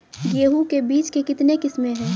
गेहूँ के बीज के कितने किसमें है?